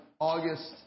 August